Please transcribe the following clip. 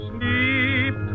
Sleep